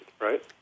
Right